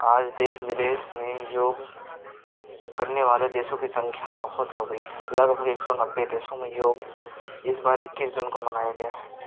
आज देश विदेश में योग करने वाले देशों की संख्या बहुत हो गई लगभग एक सौ नब्बे देशों में योग इस बार इक्कीस जून को मनाया गया